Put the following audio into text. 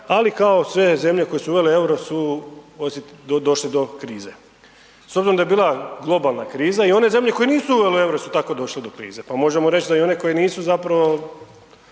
ali kao sve zemlje koje su uvele EUR-o su došle do krize s obzirom da je bila globalna kriza i one zemlje koje nisu uvele EUR-o su tako došle do krize, pa možemo reć da i one koje nisu zapravo